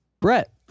Brett